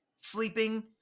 sleeping